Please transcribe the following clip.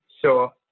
Sure